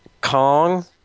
Kong